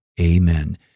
Amen